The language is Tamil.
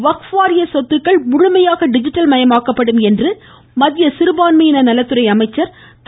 வக்ட்ப் வாரிய சொத்துக்கள் முழுமையாக டிஜிட்டல் மயமாக்கப்படும் என்று மத்திய சிறுபான்மையின நலத்துறை அமைச்சர் திரு